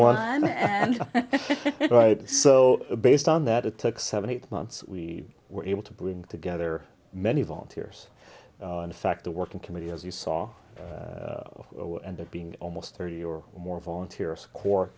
i'm right so based on that it took seven eight months we were able to bring together many volunteers in fact the working committee as you saw and being almost thirty or more volunteer score